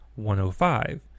105